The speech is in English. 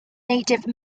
native